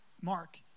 Mark